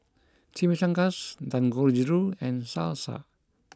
Chimichangas Dangojiru and Salsa